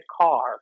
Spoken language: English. car